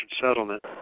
settlement